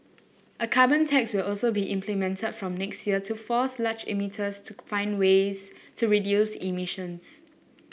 a carbon tax will also be implemented from next year to force large emitters to find ways to reduce emissions